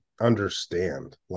understand